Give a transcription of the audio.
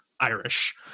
irish